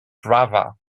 brava